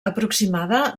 aproximada